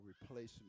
replacement